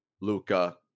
Luca